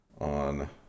on